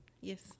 yes